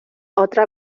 otra